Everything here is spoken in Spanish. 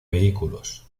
vehículos